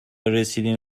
رسیدیم